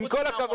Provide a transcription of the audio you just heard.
עם כל הכבוד,